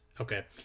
okay